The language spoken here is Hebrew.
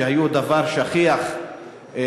שהיו דבר שכיח אז,